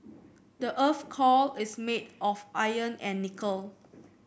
the earth's core is made of iron and nickel